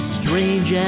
strange